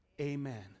Amen